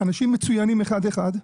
אנשים מצוינים אחד אחד,